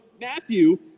Matthew